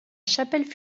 chapelle